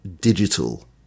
digital